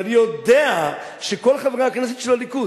ואני יודע שכל חברי הכנסת של הליכוד,